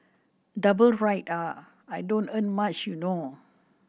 double ride ah I don't earn much you know